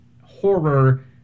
horror